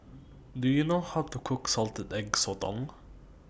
Do YOU know How to Cook Salted Egg Sotong